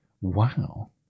Wow